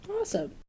awesome